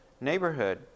neighborhood